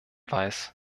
weiß